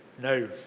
No